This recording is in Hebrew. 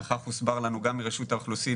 וכך הוסבר לנו גם על-ידי רשות האוכלוסין,